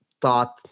thought